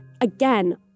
again